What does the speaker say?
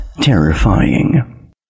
terrifying